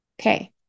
Okay